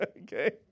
Okay